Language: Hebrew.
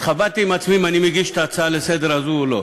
התחבטתי עם עצמי אם אני מגיש את ההצעה הזאת לסדר-היום או לא,